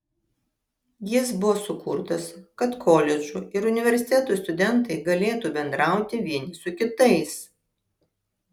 jis buvo sukurtas kad koledžų ir universitetų studentai galėtų bendrauti vieni su kitais